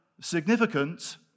significant